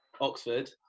Oxford